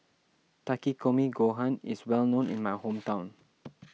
Takikomi Gohan is well known in my hometown